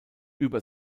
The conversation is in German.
über